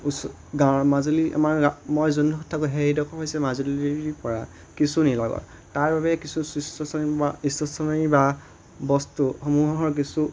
উচ গাঁৱৰ মাজুলী আমাৰ মই যোন ক'তো সেইদোখৰ হৈছে মাজুলীৰ পৰা কিছু নিলগৰ তাৰ বাবে কিছু বস্তুসমূহৰ কিছু